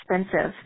expensive